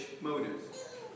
motives